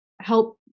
help